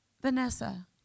Vanessa